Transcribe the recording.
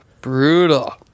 Brutal